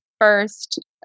first